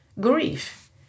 grief